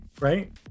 right